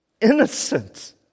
innocent